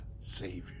savior